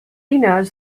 knows